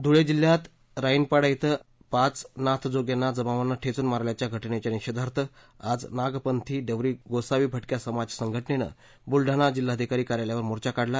धुळे जिल्ह्यात राईनपाडा इथं पाच नाथजोग्यांना जमावानं ठेचून मारल्याच्या घटनेच्या निषेधार्थ आज नाथपंथी डवरी गोसावी भटक्या समाज संघटनेनं बुलडाणा जिल्हाधिकारी कार्यालयावर मोर्चा काढला